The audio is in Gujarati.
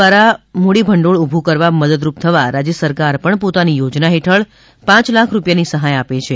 દ્વારા મૂડીભંડોળ ઉભુ કરવા મદદરુપ થવા રાજ્ય સરકાર પણ પોતાની યોજના હેઠળ પાંચ લાખ રુપિયાની સહાય આપે છે